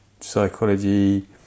psychology